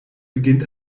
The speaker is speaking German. beginnt